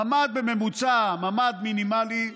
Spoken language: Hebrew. ממ"ד בממוצע, ממ"ד מינימלי,